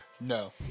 No